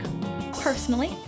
personally